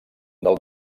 del